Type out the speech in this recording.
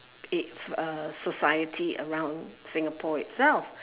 if uh society around singapore itself